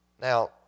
Now